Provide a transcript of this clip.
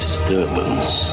Disturbance